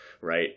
right